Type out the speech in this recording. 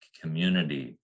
community